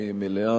מלאה,